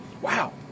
wow